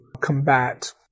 combat